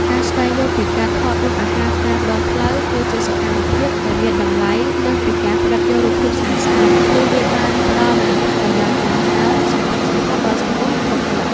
ការស្វែងយល់ពីការថតរូបអាហារតាមដងផ្លូវ គឺជាសកម្មភាពដែលមានតម្លៃលើសពីការផ្ដិតយករូបភាពស្អាតៗ ព្រោះវាបានផ្ដល់នូវអត្ថប្រយោជន៍យ៉ាងច្រើនសន្ធឹកសន្ធាប់ដល់សង្គម និងបុគ្គល។